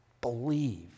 Believe